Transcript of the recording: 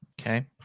Okay